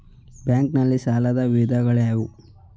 Bank ನಲ್ಲಿ ಸಾಲದ ವಿಧಗಳಾವುವು?